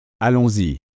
Allons-y